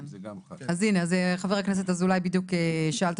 אזרח ותיק שזכאי ל-30%,